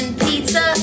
pizza